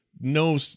no